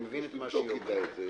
אני מבין את מה שהיא אומרת.